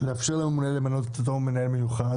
אני מציע לאפשר לממונה למנות את אותו מנהל מיוחד,